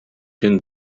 cyn